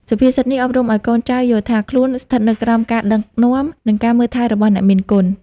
សុភាសិតនេះអប់រំឱ្យកូនចៅយល់ថា ខ្លួនស្ថិតនៅក្រោមការដឹកនាំ និងការមើលថែរបស់អ្នកមានគុណ។